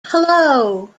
hello